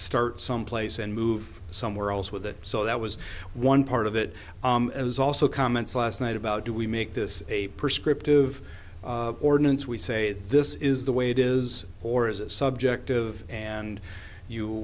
start some place and move somewhere else with it so that was one part of it as also comments last night about do we make this a prescriptive ordinance we say this is the way it is or is a subjective and you